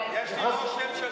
אסכים.